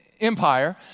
Empire